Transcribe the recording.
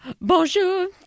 Bonjour